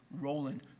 rolling